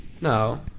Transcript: No